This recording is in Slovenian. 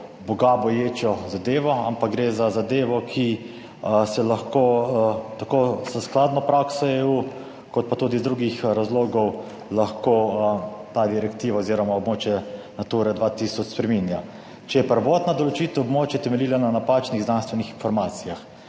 bogaboječo zadevo, ampak gre za zadevo, ki se lahko, tako s skladno prakso EU, kot pa tudi iz drugih razlogov, lahko ta direktiva oziroma območje Nature 2000 spreminja. Če je prvotna določitev območij temeljila na napačnih znanstvenih informacijah,